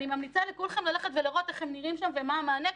אני ממליצה לכולכם ללכת ולראות איך הם נראים שם ומה המענה,